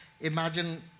imagine